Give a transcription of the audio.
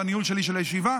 בניהול שלי את הישיבה.